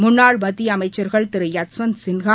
முன்னாள் மத்திய அமைச்சர்கள் திரு யஷ்வந்த் சின்ஹா